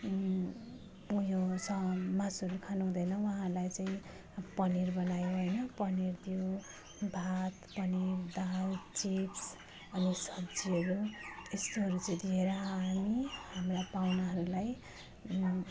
म यो समान मासुहरू खानुहुँदैन उहाँहरूलाई चाहिँ पनिर बनायो हैन पनिर दियो भात पनिर दाल चिप्स अनि सब्जीहरू यस्तोहरू चाहिँ दिएर हामी हाम्रा पाहुनाहरूलाई